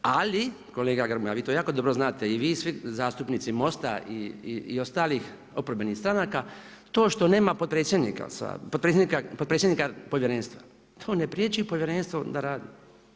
Ali kolega Grmoja, vi to jako dobro znate i vi svi zastupnici MOST-a i ostalih oporbenih stranaka to što nema potpredsjednika Povjerenstva, to ne priječi Povjerenstvo da radi.